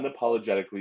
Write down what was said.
unapologetically